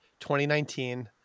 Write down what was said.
2019